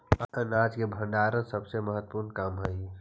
अनाज के भण्डारण सबसे महत्त्वपूर्ण काम हइ